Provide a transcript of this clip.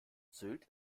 sylt